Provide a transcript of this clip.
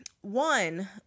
One